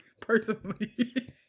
personally